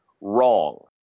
wrong